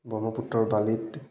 ব্ৰহ্মপুত্ৰৰ বালিত